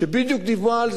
שבדיוק דיברה על זה.